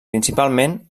principalment